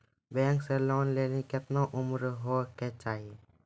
Bank से loan लेली केतना उम्र होय केचाही?